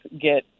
get